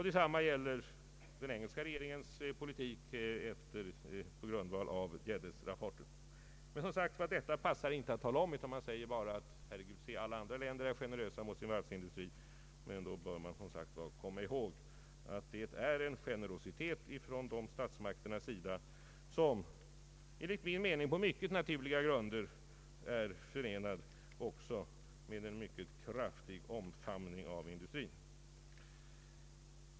Detsamma gäller den engelska regeringspolitiken. Men som sagt var, detta passar inte att tala om, utan man säger bara: Se hur generösa alla andra länder är mot sin varvsindustri! Men då bör man som sagt komma ihåg att det är en generositet från statsmakter, vilken generositet enligt min mening på mycket naturliga grunder, också förenas med en mycket kraftig omfamning av industrin.